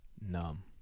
numb